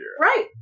Right